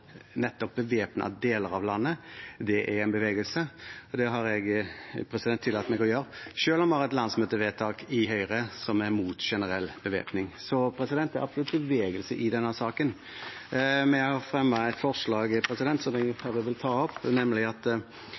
deler av landet, er uttrykk for en bevegelse. Det har jeg tillatt meg å gjøre, selv om vi har et landsmøtevedtak i Høyre om at vi er imot generell bevæpning. Så det er absolutt bevegelse i denne saken. Vi har fremmet et forslag, som jeg herved vil ta opp,